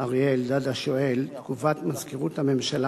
אריה אלדד השואל תגובת מזכירות הממשלה